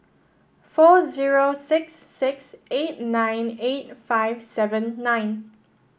four zero six six eight nine eight five seven nine